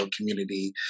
community